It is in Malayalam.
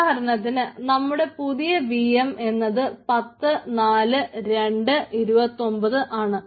ഉദാഹരണത്തിന് നമ്മുടെ പുതിയ വി എം എന്നത് പത്ത് നാല് രണ്ട് 29 ആണ്